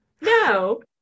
No